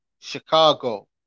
Chicago